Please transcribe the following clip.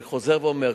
אני חוזר ואומר,